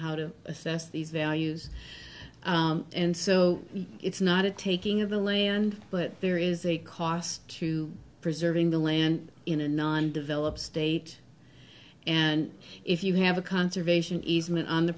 how to assess these values and so it's not a taking of the land but there is a cost to preserving the land in a non developed state and if you have a conservation easement on the